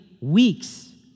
weeks